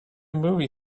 movie